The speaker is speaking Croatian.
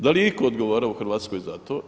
Da li je iko odgovarao u Hrvatskoj za to?